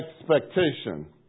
expectation